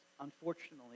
Unfortunately